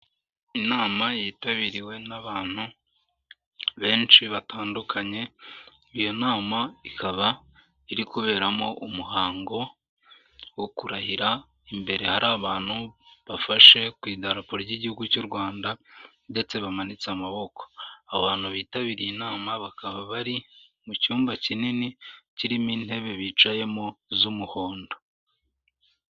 Inama yitabiriwe n'abantu benshi batandukanye iyo nama ikaba iri kuberamo umuhango wo kurahira imbere hari abantu bafashe ku idaraporo ry'igihugu cy'u Rwanda ndetse bamanitse amaboko abantu bitabiriye inama bakaba bari mu cyumba kinini kirimo intebe bicayemo z'umuhondo.